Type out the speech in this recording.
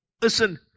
listen